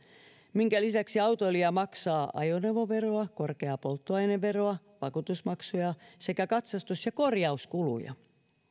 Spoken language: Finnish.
minkä lisäksi autoilija maksaa ajoneuvoveroa korkeaa polttoaineveroa vakuutusmaksuja sekä katsastus ja korjauskuluja